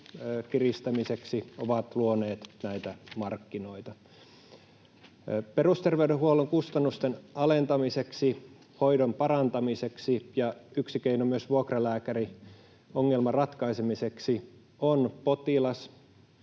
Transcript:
kiristämiseksi, ovat luoneet näitä markkinoita. Perusterveydenhuollon kustannusten alentamiseksi, hoidon parantamiseksi ja myös vuokralääkäriongelman ratkaisemiseksi yksi